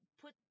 Put